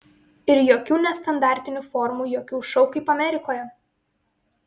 ir jokių nestandartinių formų jokių šou kaip amerikoje